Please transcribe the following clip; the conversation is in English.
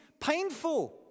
painful